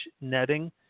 netting